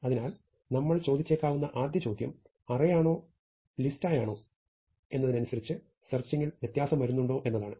അതിനാൽ നമ്മൾ ചോദിച്ചേക്കാവുന്ന ആദ്യ ചോദ്യം അറേയയാണോ ലിസ്റ്റായാണോ എന്നതിനനുസരിച് സെർച്ചിങ്ങിൽ വ്യത്യാസം വരുന്നുണ്ടോ എന്നതാണ്